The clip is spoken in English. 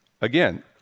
again